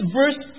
verse